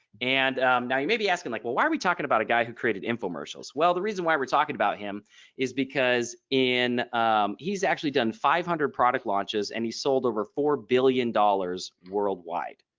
and now you may be asking like well why are we talking about a guy who created infomercials. well the reason why we're talking about him is because in he's actually done five hundred product launches and he sold over four billion dollars worldwide.